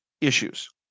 issues